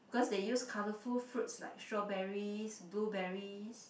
because they use colorful fruits like strawberries blueberries